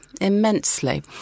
immensely